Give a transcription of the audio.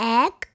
egg